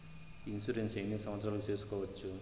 Insurance ఎన్ని సంవత్సరాలకు సేసుకోవచ్చు?